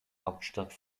hauptstadt